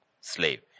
slave